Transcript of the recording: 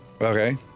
Okay